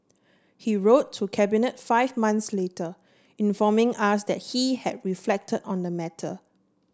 he wrote to Cabinet five months later informing us that he had reflected on the matter